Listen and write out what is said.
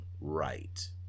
right